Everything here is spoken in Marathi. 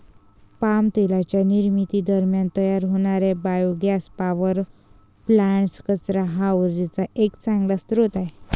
पाम तेलाच्या निर्मिती दरम्यान तयार होणारे बायोगॅस पॉवर प्लांट्स, कचरा हा उर्जेचा एक चांगला स्रोत आहे